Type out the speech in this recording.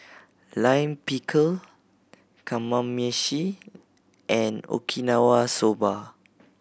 Lime Pickle Kamameshi and Okinawa Soba